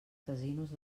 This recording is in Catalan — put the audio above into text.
casinos